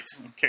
Okay